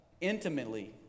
intimately